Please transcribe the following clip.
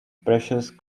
precious